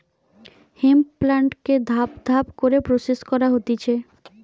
hemp প্লান্টকে ধাপ ধাপ করে প্রসেস করা হতিছে